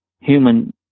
human